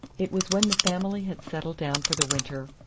it was when the family had settled down for the winter,